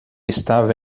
estava